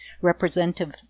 Representative